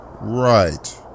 Right